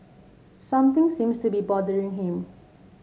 something seems to be bothering him